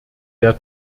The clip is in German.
der